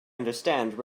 understand